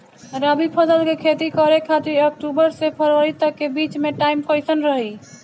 रबी फसल के खेती करे खातिर अक्तूबर से फरवरी तक के बीच मे टाइम कैसन रही?